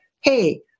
hey